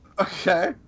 okay